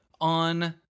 on